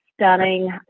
stunning